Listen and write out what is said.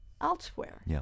elsewhere